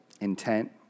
intent